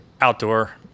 outdoor